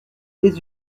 des